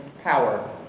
Power